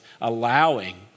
allowing